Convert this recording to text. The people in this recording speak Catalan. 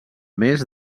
més